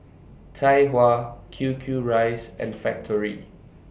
Tai Hua Q Q Rice and Factorie